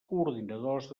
coordinadors